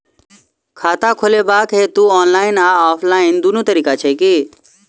खाता खोलेबाक हेतु ऑनलाइन आ ऑफलाइन दुनू तरीका छै की?